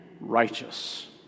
righteous